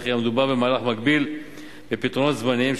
וכי המדובר במהלך מקביל בפתרונות זמניים,